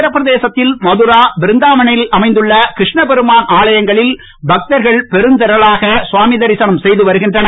உத்தரபிரதேசத்தில் மதுரா பிருந்தாவனில் அமைந்துள்ள கிருஷ்ணபெருமான் ஆலயங்களில் பக்தர்கள் பெருந்திரனாக கவாமி தரிசனம் செய்து வருகின்றனர்